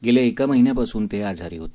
गेल्या एक महिन्यापासून ते आजारी होते